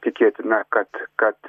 tikėtina kad kad